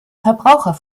verbraucher